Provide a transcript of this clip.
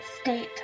state